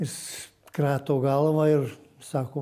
jis krato galvą ir sako